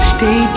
Stay